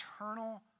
eternal